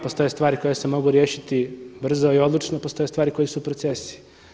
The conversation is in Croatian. Postoje stvari koje se mogu riješiti brzo i odlučno, postoje stvari koje su procesi.